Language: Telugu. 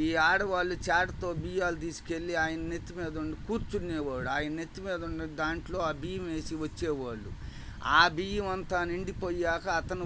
ఈ ఆడవాళ్ళు చాటతో బియ్యాలు తీసుకెళ్ళి ఆయన నెత్తి మీద ఉండి కూర్చునేవాడు ఆయన నెత్తిమీద ఉన్నదాంట్లో ఆ బియ్యం వేసి వచ్చేవాళ్ళు ఆ బియ్యం అంతా నిండిపోయాక అతను